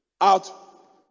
out